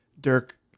Dirk